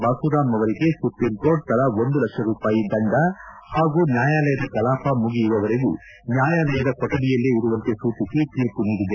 ಬಾಸುರಾಮ್ ಅವರಿಗೆ ಸುಪ್ರೀಂಕೋರ್ಟ್ ತಲಾ ಒಂದು ಲಕ್ಷ ರೂಪಾಯಿ ದಂಡ ಹಾಗೂ ನ್ಯಾಯಾಲಯದ ಕಲಾಪ ಮುಗಿಯುವವರೆಗೂ ನ್ಯಾಯಾಲಯದ ಕೊಠಡಿಯಲ್ಲೇ ಇರುವಂತೆ ಸೂಚಿಸಿ ತೀರ್ಮ ನೀಡಿದೆ